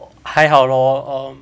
还好 lor um